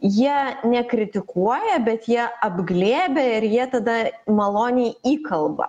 jie nekritikuoja bet jie apglėbia ir jie tada maloniai įkalba